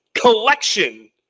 collection